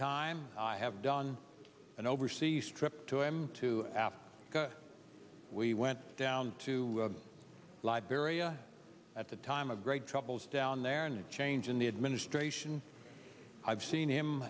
time i have done an overseas trip to m two after we went down to liberia at the time of great troubles down there a new change in the administration i've seen him